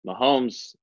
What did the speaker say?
Mahomes